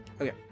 Okay